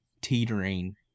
teetering